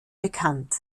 bekannt